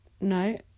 no